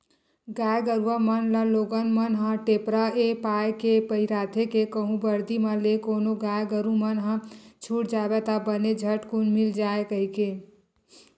गाय गरुवा मन ल लोगन मन ह टेपरा ऐ पाय के पहिराथे के कहूँ बरदी म ले कोनो गाय गरु मन ह छूट जावय ता बने झटकून मिल जाय कहिके